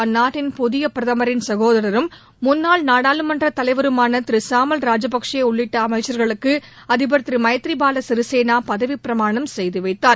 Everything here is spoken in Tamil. அந்நாட்டின் புதிய பிரதமரின் சகோதரரும் முன்னாள் நாடாளுமன்றத் தலைவருமான திரு சாமல் ராஜபக்சே உள்ளிட்ட அமைச்சர்களுக்கு அதிபர் எமத்ரிபால சிறிசேனா பதவிப்பிரமாணம் செய்து வைத்தார்